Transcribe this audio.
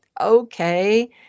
okay